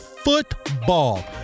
Football